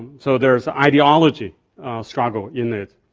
so there's ideology struggle in there.